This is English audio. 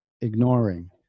ignoring